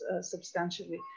substantially